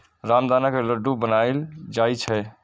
रामदाना के लड्डू बनाएल जाइ छै